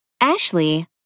Ashley